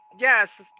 Yes